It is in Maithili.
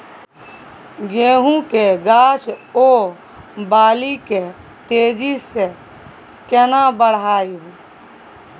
गेहूं के गाछ ओ बाली के तेजी से केना बढ़ाइब?